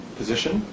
position